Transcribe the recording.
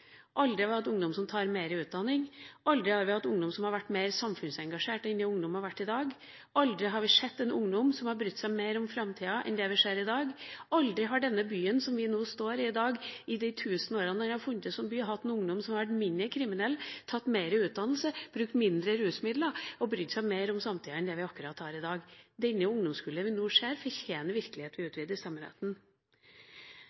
aldri har vi hatt ungdom som tar mer utdanning, aldri har vi hatt ungdom som har vært mer samfunnsengasjert enn i dag, aldri har vi hatt ungdom som har brydd seg mer om framtida enn i dag, aldri har denne byen i løpet av de tusen åra den har fungert som by, hatt ungdom som har vært mindre kriminell, tatt mer utdannelse, brukt mindre rusmidler og brydd seg mer om samtida enn i dag. Det ungdomskullet vi nå har, fortjener virkelig at vi utvider stemmeretten. NOVA-rapporten som kom i